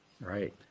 right